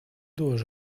dues